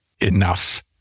enough